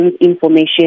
information